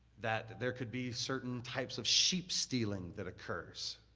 that there could be certain types of sheep stealing that occurs,